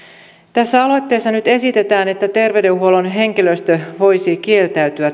tässä aloitteessa nyt esitetään että terveydenhuollon henkilöstö voisi kieltäytyä